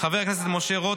חבר הכנסת משה רוט,